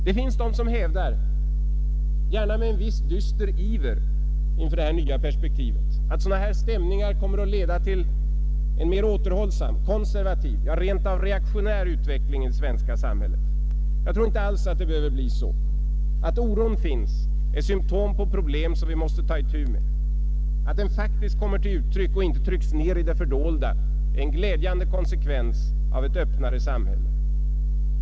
Det finns de som hävdar, gärna med en viss dyster iver inför det här nya perspektivet, att sådana här stämningar kommer att leda till en mer återhållsam, konservativ, ja rent av reaktionär utveckling i det svenska samhället. Jag tror inte alls att det behöver bli så. Att oron finns är symtom på problem som vi måste ta itu med. Att den faktiskt kommer till uttryck och inte trängs ner i det fördolda är en glädjande konsekvens av ett öppnare samhälle.